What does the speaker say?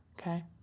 okay